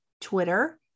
Twitter